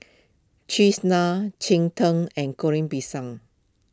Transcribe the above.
Cheese Naan Cheng Tng and Goreng Pisang